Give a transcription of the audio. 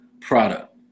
product